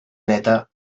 neta